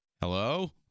hello